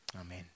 Amen